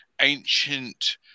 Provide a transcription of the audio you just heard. ancient